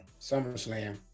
SummerSlam